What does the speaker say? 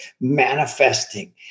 manifesting